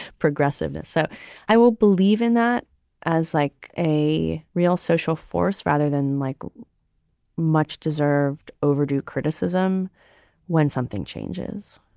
progressiveness. so i will believe in that as like a real social force rather than like much deserved overdue criticism when something changes